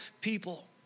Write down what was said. people